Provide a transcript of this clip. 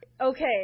okay